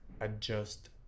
adjust